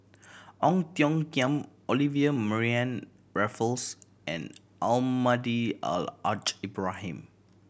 Ong Tiong Khiam Olivia Mariamne Raffles and Almahdi Al Haj Ibrahim